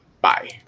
Bye